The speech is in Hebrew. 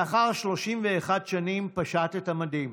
לאחר 31 שנים פשט את המדים,